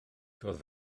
doedd